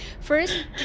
first